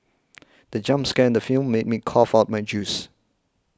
the jump scare in the film made me cough out my juice